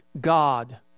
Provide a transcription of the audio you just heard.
God